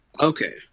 Okay